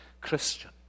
Christian